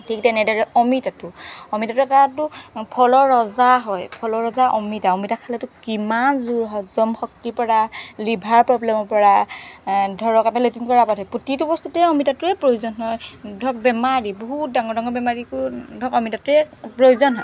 ঠিক তেনেদৰে অমিতাটো অমিতাটো এটাতো ফলৰ ৰজা হয় ফলৰ ৰজা অমিতা অমিতা খালেতো কিমান জোৰ হজম শক্তিৰ পৰা লিভাৰ প্ৰব্লেমৰ পৰা ধৰক আপুনি লেট্ৰিন কৰাৰ প্ৰতিটো বস্তুতে অমিতাটোৱেই প্ৰয়োজন হয় ধৰক বেমাৰ আদি বহুত ডাঙৰ ডাঙৰ বেমাৰিকো ধৰক অমিতাটোৱেই প্ৰয়োজন হয়